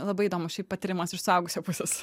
labai įdomus šiaip patyrimas iš suaugusio pusės